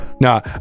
No